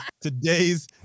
today's